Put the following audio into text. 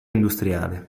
industriale